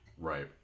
Right